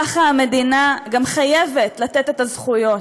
ככה המדינה גם חייבת לתת את הזכויות.